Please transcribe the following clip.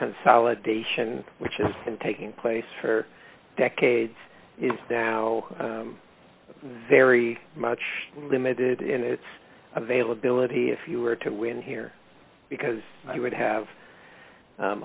consolidation which is taking place for decades now very much limited in its availability if you were to win here because you would have